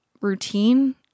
routine